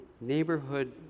neighborhood